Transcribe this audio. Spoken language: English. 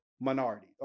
minority